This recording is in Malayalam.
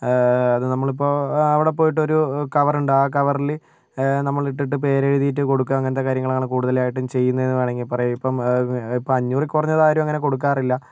അത് നമ്മൾ ഇപ്പോൾ അവിടെ പോയിട്ട് ഒരു കവർ ഉണ്ട് ആ കവറിൽ നമ്മൾ ഇട്ടിട്ട് പേര് എഴുതിയിട്ട് കൊടുക്കുക അങ്ങനത്തെ കാര്യങ്ങളാണ് കുടുതലായിട്ടും ചെയ്യുന്നത് എന്ന് വേണമെങ്കിൽ പറയാം ഇപ്പം ഇപ്പോൾ അഞ്ഞൂറിൽ കുറഞ്ഞതാരും അങ്ങനെ കൊടുക്കാറില്ല